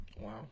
Wow